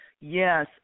Yes